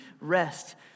rest